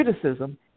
criticism